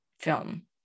film